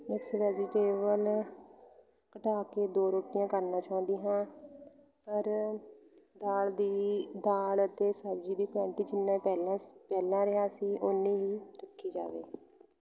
mix vegetable ਘਟਾ ਕੇ ਦੋ ਰੋਟੀਆਂ ਕਰਨਾ ਚਾਹੁੰਦੀ ਹਾਂ ਪਰ ਦਾਲ ਦੀ ਦਾਲ ਅਤੇ ਸਬਜ਼ੀ ਦੀ ਕੁਆਂਟਿਟੀ ਜਿੰਨਾ ਪਹਿਲਾ ਪਹਿਲਾ ਰਿਹਾ ਸੀ ਓਨੀ ਹੀ ਰੱਖੀ ਜਾਵੇ